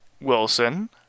Wilson